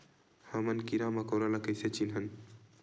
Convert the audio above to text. हमन कीरा मकोरा ला कइसे चिन्हन?